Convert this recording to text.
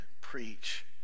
preach